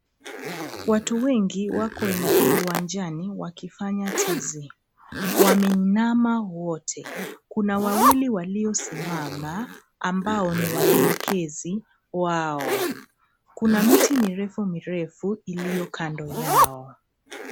Watu wengi wako uwanjani wakifanya tizi wameinama wote kuna wawili waliosimama ambao ni waelekezi wao kuna miti mirefu mirefu iliyo kando yao.